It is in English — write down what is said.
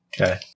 Okay